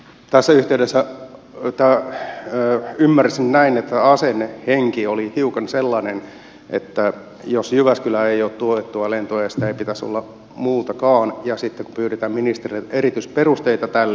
tässä yhteydessä ymmärsin näin että asenne henki oli hiukan sellainen että jos jyväskylään ei ole tuettua lentoa sitä ei pitäisi olla muuallekaan ja sitten pyydetään ministeriltä erityisperusteita tälle